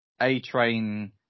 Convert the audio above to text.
A-Train